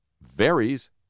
varies